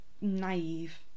naive